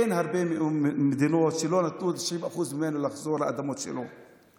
אין הרבה מדינות שלא נתנו ל-90% ממנו לחזור לאדמות שלו.